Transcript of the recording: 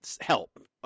help